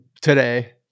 today